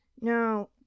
Now